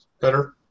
Better